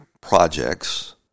projects